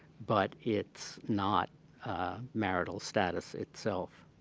but it's not marital status itself.